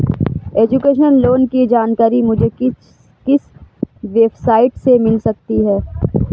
Education loan की जानकारी मुझे किस वेबसाइट से मिल सकती है?